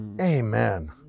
Amen